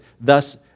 Thus